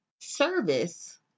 service